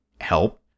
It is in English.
help